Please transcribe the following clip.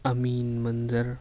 امین منظر